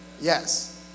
Yes